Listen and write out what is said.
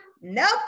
nope